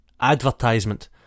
Advertisement